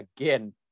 again